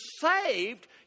saved